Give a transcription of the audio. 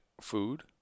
food